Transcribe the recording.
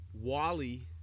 Wally